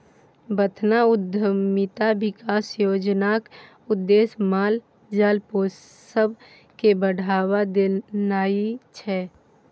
बथान उद्यमिता बिकास योजनाक उद्देश्य माल जाल पोसब केँ बढ़ाबा देनाइ छै